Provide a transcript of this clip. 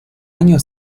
año